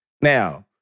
Now